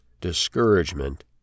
discouragement